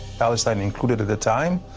palestine included at the time,